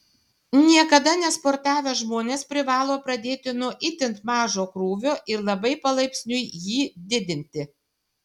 niekada nesportavę žmonės privalo pradėti nuo itin mažo krūvio ir labai palaipsniui jį didinti